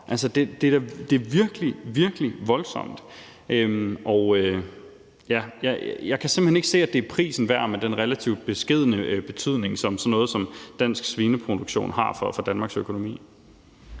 Det er virkelig, virkelig voldsomt, og jeg kan simpelt hen ikke se, at det er prisen værd med den relativt beskedne betydning, som sådan noget som dansk svineproduktion har for Danmarks økonomi.